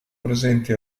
presenti